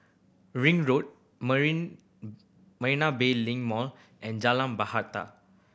Ring Road Marina Bay Link Mall and Jalan Bahater